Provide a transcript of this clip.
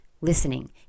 listening